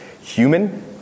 human